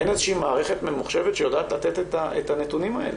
אין איזושהי מערכת ממוחשבת שיודעת לתת את הנתונים האלה.